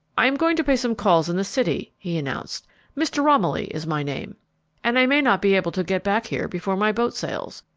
i am going to pay some calls in the city, he announced mr. romilly is my name and i may not be able to get back here before my boat sails.